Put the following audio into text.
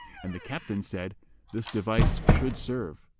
and the captain said this device should serve.